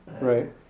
right